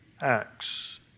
acts